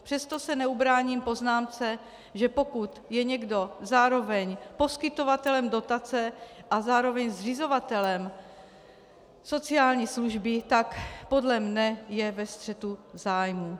Přesto se neubráním poznámce, že pokud je někdo zároveň poskytovatelem dotace a zároveň zřizovatelem sociální služby, tak podle mne je ve střetu zájmů.